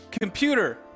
Computer